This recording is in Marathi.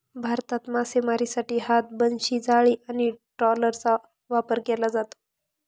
भारतात मासेमारीसाठी हात, बनशी, जाळी आणि ट्रॉलरचा वापर केला जातो